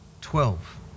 Twelve